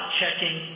checking